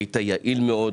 היית יעיל מאוד,